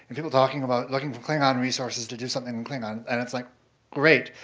people talking about looking for klingon resources to do something in klingon, and it's like great,